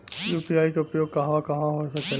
UPI के उपयोग कहवा कहवा हो सकेला?